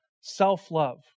self-love